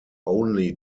only